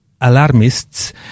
alarmists